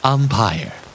Umpire